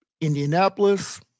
Indianapolis